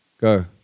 Go